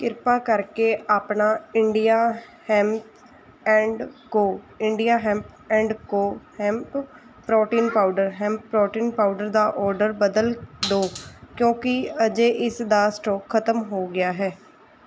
ਕਿਰਪਾ ਕਰਕੇ ਆਪਣਾ India hemp and go India hemp and co hemp protein powder hemp protein powder ਦਾ order ਬਦਲ ਦਿਓ ਕਿਉਂਕਿ ਅਜੇ ਇਸ ਦਾ ਸਟੋਕ ਖ਼ਤਮ ਹੋ ਗਿਆ ਹੈ